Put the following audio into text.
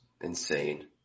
insane